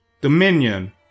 dominion